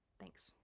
Thanks